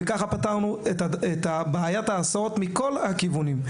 וככה פתרנו את בעיית ההסעות מכל הכיוונים,